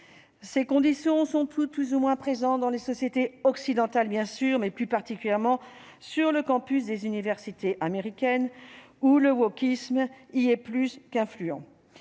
ces conditions sont plus plus ou moins présent dans les sociétés occidentales, bien sûr, mais plus particulièrement sur le campus des universités américaines où le wokisme, il est plus qu'influent